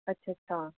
अच्छा अच्छा